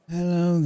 Hello